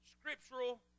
scriptural